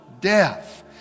death